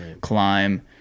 climb